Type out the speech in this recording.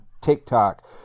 TikTok